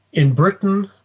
in britain,